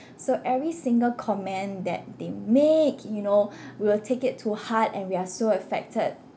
so every single comment that they make you know we'll take it to heart and we are so affected